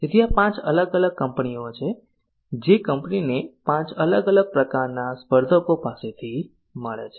તેથી આ પાંચ અલગ અલગ ધમકીઓ છે જે કંપનીને પાંચ અલગ અલગ પ્રકારના સ્પર્ધકો પાસેથી મળે છે